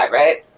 right